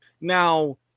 Now